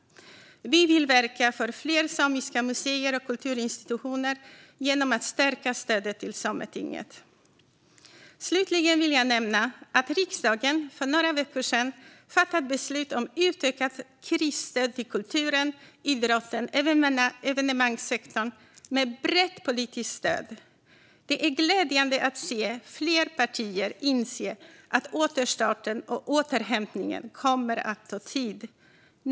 Vi vill verka för fler samiska museer och kulturinstitutioner genom att stärka stödet till Sametinget. Slutligen vill jag nämna att riksdagen för några veckor sedan fattade beslut om utökat krisstöd till kulturen, idrotten och evenemangssektorn med brett politiskt stöd. Det är glädjande att se att fler partier har insett att återstarten och återhämtningen kommer att ta tid.